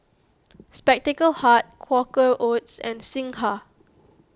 Spectacle Hut Quaker Oats and Singha